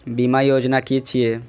बीमा योजना कि छिऐ?